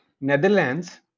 Netherlands